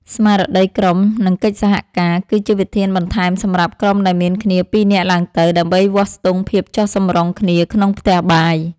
ស្មារតីក្រុម និងកិច្ចសហការ គឺជាវិធានបន្ថែមសម្រាប់ក្រុមដែលមានគ្នាពីរនាក់ឡើងទៅ ដើម្បីវាស់ស្ទង់ភាពចុះសម្រុងគ្នាក្នុងផ្ទះបាយ។